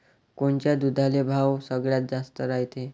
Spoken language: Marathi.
कोनच्या दुधाले भाव सगळ्यात जास्त रायते?